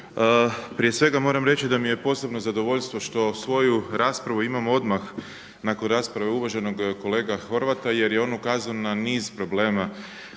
Prije svega moram reći da mi je posebno zadovoljstvo što svoju raspravu imam odmah nakon rasprave uvaženog kolege Horvata jer je on ukazao na niz problema